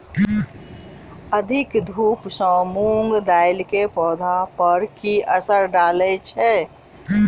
अधिक धूप सँ मूंग दालि केँ पौधा पर की असर डालय छै?